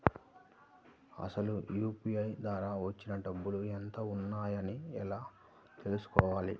అసలు యూ.పీ.ఐ ద్వార వచ్చిన డబ్బులు ఎంత వున్నాయి అని ఎలా తెలుసుకోవాలి?